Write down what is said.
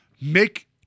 Make